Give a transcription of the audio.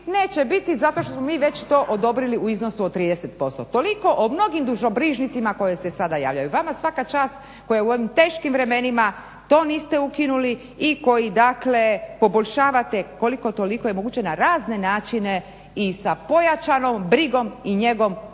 neće biti zato što smo mi već to odobrili u iznosu od 30%. Toliko o mnogim dušobrižnicima koje se sada javljaju. Vama svaka čast koja u ovim teškim vremenima to niste ukinuli i koji dakle poboljšavate koliko toliko je moguće na razne načine i sa pojačanom brigom i njegom i čuvate